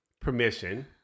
permission